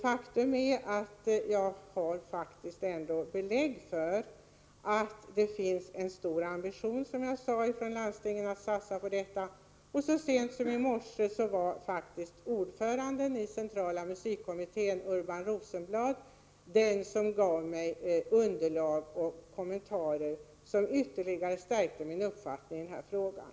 Faktum är att jag har belägg för att det finns en stor ambition inom BEER pen det SR på UA - Ad - jag & Omorganisation av & öranden i centrala AR EN r - erlag oci regionmusiken och kommentarer som ytterligare stärkte min uppfattning i den frågan.